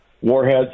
warheads